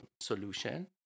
solution